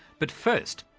but first,